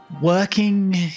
working